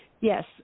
Yes